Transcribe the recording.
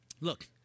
Look